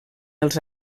els